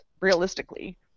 realistically